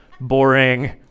boring